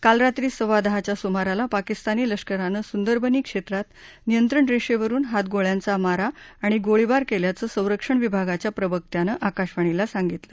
काल रात्री सव्वा दहाच्या सुमाराला पाकिस्तानी लष्करानं सुदरबनी क्षेत्रात नियंत्रण रेषेवरून हातगोळ्यांचा मारा आणि गोळीबार केल्याचं संरक्षण विभागाच्या प्रवक्त्यानं आकाशवाणीला सांगितलं